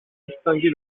distingué